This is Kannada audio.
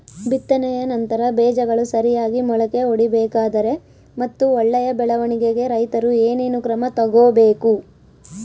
ಬಿತ್ತನೆಯ ನಂತರ ಬೇಜಗಳು ಸರಿಯಾಗಿ ಮೊಳಕೆ ಒಡಿಬೇಕಾದರೆ ಮತ್ತು ಒಳ್ಳೆಯ ಬೆಳವಣಿಗೆಗೆ ರೈತರು ಏನೇನು ಕ್ರಮ ತಗೋಬೇಕು?